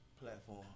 platform